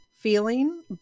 feeling